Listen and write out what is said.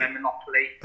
Monopoly